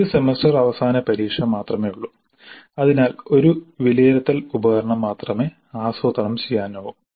ഒരു സെമസ്റ്റർ അവസാന പരീക്ഷ മാത്രമേയുള്ളൂ അതിനാൽ ഒരു വിലയിരുത്തൽ ഉപകരണം മാത്രമേ ആസൂത്രണം ചെയ്യാനാവൂ